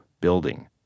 building